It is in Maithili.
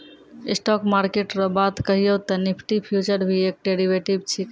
स्टॉक मार्किट रो बात कहियो ते निफ्टी फ्यूचर भी एक डेरीवेटिव छिकै